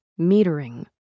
metering